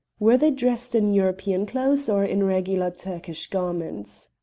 were they dressed in european clothes or in regular turkish garments?